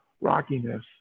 rockiness